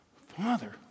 Father